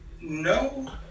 no